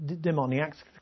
demoniacs